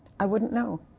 i wouldn't know.